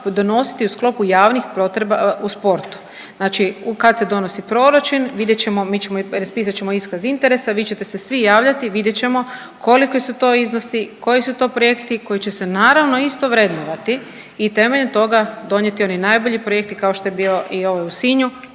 donositi u sklopu javnih potreba u sportu. Znači kad se donosi proračun vidjet ćemo, mi ćemo, raspisat ćemo iskaz interesa, vi ćete se svi javljati, vidjet ćemo koliki su to iznosi, koji su to projekti koji će se naravno isto vrednovati i temeljem toga donijeti oni najbolji projekti kao što je bio i ovaj u Sinju,